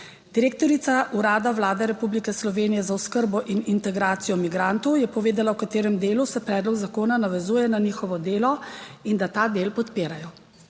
Direktorica Urada Vlade Republike Slovenije za oskrbo in integracijo migrantov je povedala v katerem delu se predlog zakona navezuje na njihovo delo in da ta del podpirajo.